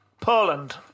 Poland